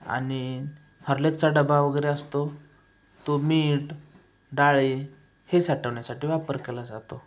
आणि हर्लेकचा डबा वगैरे असतो तो मीठ डाळे हे साठवण्यासाठी वापर केला जातो